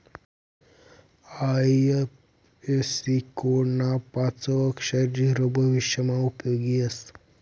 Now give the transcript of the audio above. IFSC code ना पाचवं अक्षर झीरो भविष्यमा उपयोगी येस